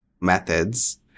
methods